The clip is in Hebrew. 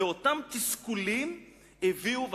ואותם תסכולים הביאו,